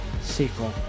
Sequel